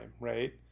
right